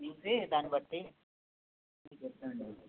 చూసి దానిబట్టి మీకు చెప్తాం అండి అయితే